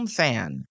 fan